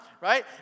right